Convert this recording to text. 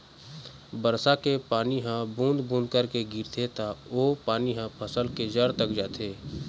बरसा के पानी ह बूंद बूंद करके गिरथे त ओ पानी ह फसल के जर तक जाथे